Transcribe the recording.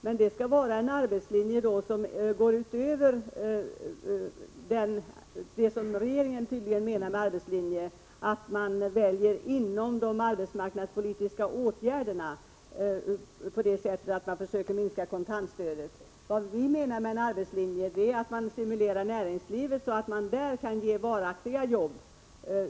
Men det skall då vara en arbetslinje som går utöver vad regeringen tydligen menar med arbetslinje — nämligen att man väljer inom de arbetsmarknadspolitiska åtgärderna på det sättet att man försöker minska kontantstödet. Vad vi menar med en arbetslinje är att vi stimulerar näringslivet, så att man där kan ge varaktiga jobb.